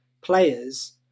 players